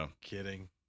Kidding